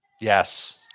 Yes